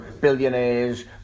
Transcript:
Billionaires